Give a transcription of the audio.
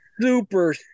super